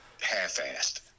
half-assed